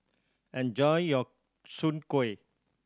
enjoy your soon kway